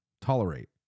tolerate